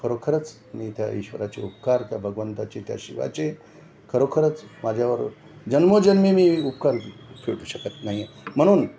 खरोखरंच मी त्या ईश्वराचे उपकार त्या भगवंतचे त्या शिवाचे खरोखरंच माझ्यावर जन्मोजन्मी मी उपकार फेडू शकत नाही म्हणून